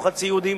או חצי יהודים,